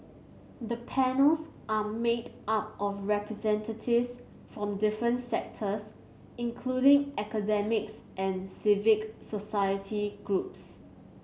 the panels are made up of representatives from different sectors including academics and civic society groups